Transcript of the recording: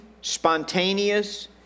spontaneous